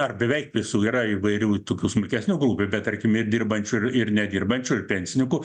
ar beveik visų yra įvairių tokių smulkesnių grupių bet tarkim ir dirbančių ir ir nedirbančių ir pensininkų